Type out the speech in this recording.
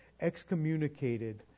excommunicated